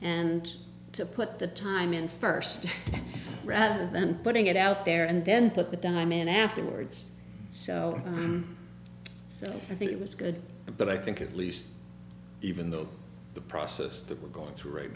and to put the time in st rather than putting it out there and then put the dime in afterwards so so i think it was good but i think at least even though the process that we're going through right